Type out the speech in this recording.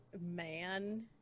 man